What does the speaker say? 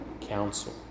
council